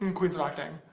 um queens of acting